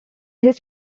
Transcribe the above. his